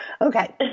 Okay